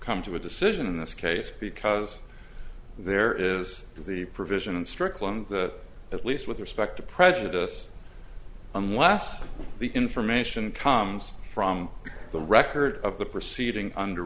come to a decision in this case because there is the provision strickland at least with respect to prejudice unless the information comes from the record of the proceeding under